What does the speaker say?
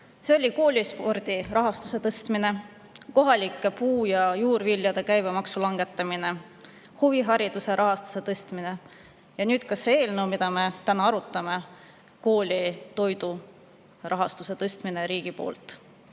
Sisu oli koolispordi rahastuse tõstmine, kohalike puu‑ ja juurviljade käibemaksu langetamine ja huvihariduse rahastuse tõstmine. Ja nüüd on ka see eelnõu, mida me täna arutame: koolitoidu rahastuse tõstmine riigi poolt.